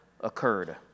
occurred